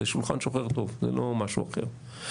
זה שולחן שוחר טוב, זה לא משהו אחר.